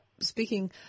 speaking